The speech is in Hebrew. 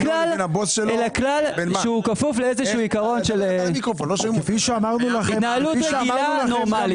אלא כלל שהוא כפוף לאיזה שהוא עיקרון של התנהלות רגילה נורמלית.